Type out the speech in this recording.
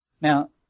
Now